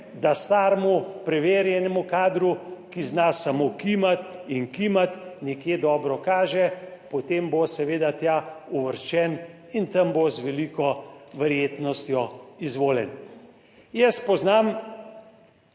da staremu preverjenemu kadru, ki zna samo kimati in kimati, nekje dobro kaže, potem bo seveda tja uvrščen in tam bo z veliko verjetnostjo izvoljen. Jaz poznam